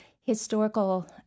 historical